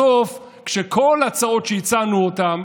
בסוף, כשכל ההצעות שהצענו אותן,